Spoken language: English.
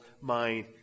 mind